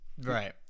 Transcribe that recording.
right